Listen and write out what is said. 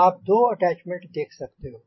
आप दो अटैच्मेंट देख सकते हो